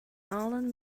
alan